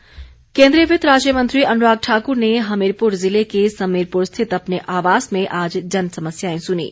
अनुराग ठाकुर केन्द्रीय वित्त राज्य मंत्री अनुराग ठाक्र ने हमीरपुर ज़िले के समीरपुर स्थित अपने आवास में आज जनसमस्याएं सुनीं